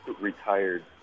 retired